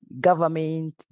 government